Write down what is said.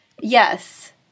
Yes